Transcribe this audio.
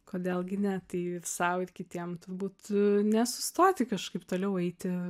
kodėl gi ne tai ir sau ir kitiem turbūt nesustoti kažkaip toliau eiti